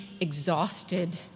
exhausted